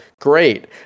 great